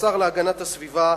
בשר להגנת הסביבה,